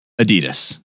Adidas